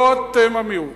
לא אתם המיעוט.